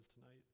tonight